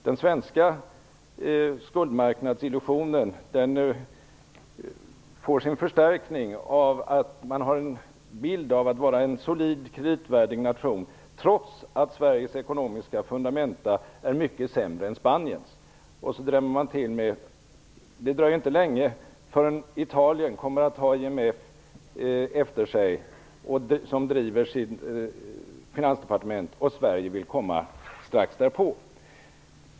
Den svenska skuldmarknadsillusionen får sin förstärkning av att man har en bild av att vara en solid kreditvärdig nation trots att Sveriges ekonomiska fundamenta är mycket sämre än Spaniens. Sedan drämmer man till med: Det dröjer inte länge förrän Italien kommer att ha IMF efter sig så som de driver sitt finansdepartement. Sverige vill komma strax därpå.